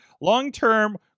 Long-term